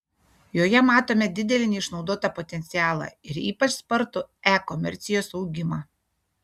joje matome didelį neišnaudotą potencialą ir ypač spartų e komercijos augimą